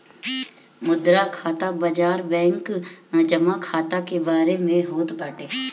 मुद्रा खाता बाजार बैंक जमा खाता के बारे में होत बाटे